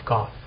God